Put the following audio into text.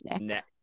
neck